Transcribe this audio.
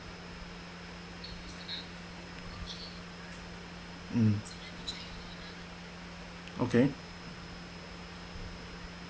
mm okay